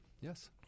Yes